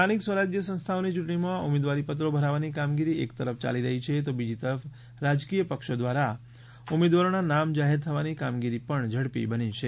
સ્થાનિક સ્વરાજ સંસ્થાઓની ચૂંટણીમાં ઉમેદવારી પત્રો ભરવાની કામગીરી એક તરફ ચાલી રહી છે તો બીજી તરફ રાજકીય પક્ષો દ્વારા ઉમેદવારોના નામ જાહેર થવાની કામગીરી પણ ઝડપી બની છે